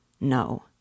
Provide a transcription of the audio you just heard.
No